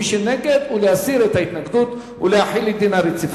מי שנגד הוא בעד להסיר את ההתנגדות ולהחיל את דין הרציפות.